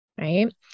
right